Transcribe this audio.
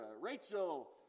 Rachel